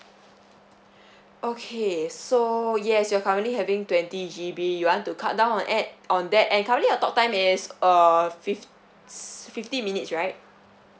okay so yes you're currently having twenty G_B you want to cut down on at on that and currently your talk time is uh fifs~ fifty minutes right